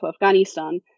Afghanistan